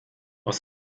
aus